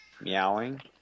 meowing